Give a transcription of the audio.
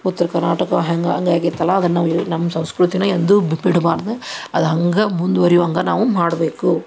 ಉತ್ರ್ ಕರ್ನಾಟಕ ಹೆಂಗೆ ಹಾಗಾಗೈತಲ ಅದನ್ನು ನಾವು ನಮ್ಮ ಸಂಸ್ಕೃತಿನ ಎಂದೂ ಬಿಡ್ಬಾರ್ದು ಅದು ಹಂಗೇ ಮುಂದ್ವರಿಯುವಂಗೆ ನಾವು ಮಾಡಬೇಕು